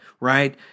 right